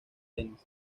denis